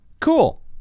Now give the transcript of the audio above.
Cool